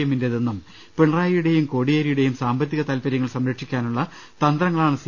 എമ്മിന്റേതെന്നും പിണറായിയുടെയും കോടിയേരിയുടെയും സാമ്പത്തിക താൽപര്യങ്ങൾ സംരക്ഷിക്കാനുള്ള തന്ത്രങ്ങളാണ് സി